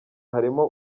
harimo